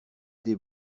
des